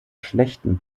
schlechten